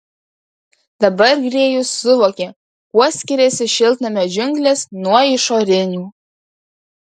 dabar grėjus suvokė kuo skyrėsi šiltnamio džiunglės nuo išorinių